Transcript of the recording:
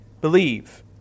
believe